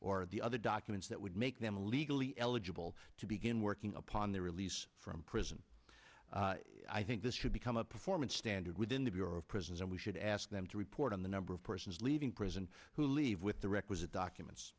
or the other documents that would make them a legally eligible to begin working upon their release from prison i think this should become a performance standard within the bureau of prisons and we should ask them to report on the number of persons leaving prison who leave with the requisite documents